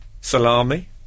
Salami